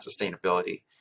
sustainability